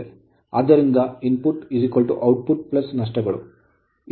ಆದ್ದರಿಂದ input output ನಷ್ಟಗಳು X P fl ನಷ್ಟಗಳು